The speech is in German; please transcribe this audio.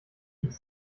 ich